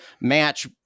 match